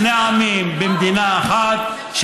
אנחנו שני עמים במדינה אחת,